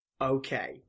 okay